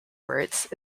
words